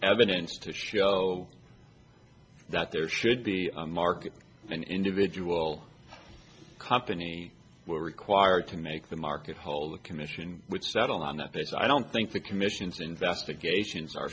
evidence to show that there should be a market an individual company were required to make the market whole the commission which settled on that basis i don't think the commission's investigations are